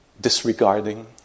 disregarding